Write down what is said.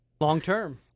Long-term